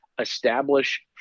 establish